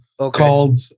called